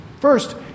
First